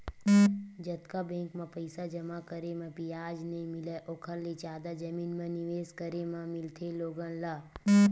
जतका बेंक म पइसा जमा करे म बियाज नइ मिलय ओखर ले जादा जमीन म निवेस करे म मिलथे लोगन ल